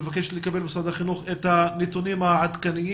הוועדה מבקשת לקבל ממשרד החינוך את הנתונים העדכניים,